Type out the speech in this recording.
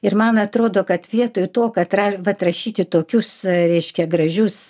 ir man atrodo kad vietoj to katrą vat rašyti tokius reiškia gražius